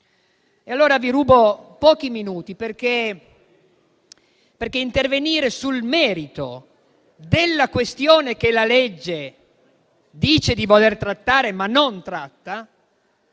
Vi rubo pochi minuti, perché intervenire sul merito della questione che la legge dice di voler trattare, ma non tratta,